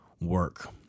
work